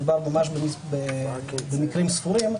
מדובר ממש במקרים ספורים,